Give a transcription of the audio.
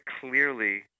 clearly